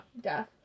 death